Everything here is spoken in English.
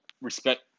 respect